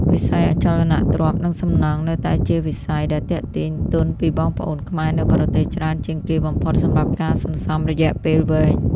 វិស័យអចលនទ្រព្យ និងសំណង់ នៅតែជាវិស័យដែលទាក់ទាញទុនពីបងប្អូនខ្មែរនៅបរទេសច្រើនជាងគេបំផុតសម្រាប់ការសន្សំរយៈពេលវែង។